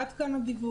עד כאן הדיווח.